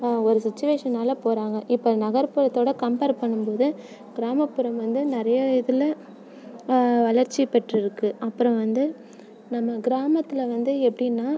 ஒரு சிச்சுவேஷன்னால் போகிறாங்க இப்போ நகர்புறத்தோடு கம்பேர் பண்ணும்போது கிராமப்புறம் வந்து நிறைய இதில் வளர்ச்சி பெற்று இருக்குது அப்புறம் வந்து நம்ம கிராமத்தில் வந்து எப்படின்னா